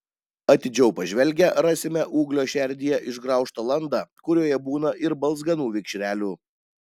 atidžiau pažvelgę rasime ūglio šerdyje išgraužtą landą kurioje būna ir balzganų vikšrelių